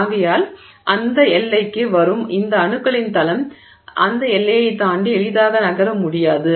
ஆகையால் அந்த எல்லைக்கு வரும் இந்த அணுக்களின் தளம் அந்த எல்லையைத் தாண்டி எளிதாக நகர முடியாது